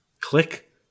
click